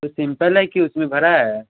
तो सिंपल है कि उसमें भरा है